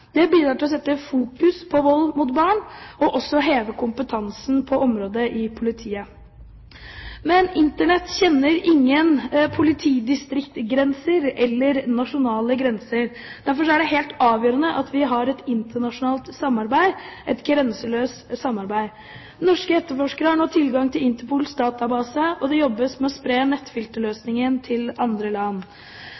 Det bidrar til å sette vold mot barn i fokus og også til å heve kompetansen på området i politiet. Men Internett kjenner ingen politidistriktsgrenser eller nasjonale grenser. Derfor er det helt avgjørende at vi har et internasjonalt samarbeid – et grenseløst samarbeid. Norske etterforskere har nå tilgang til Interpols database, og det jobbes med å spre